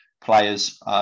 players